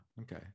okay